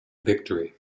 victory